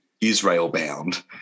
Israel-bound